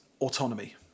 autonomy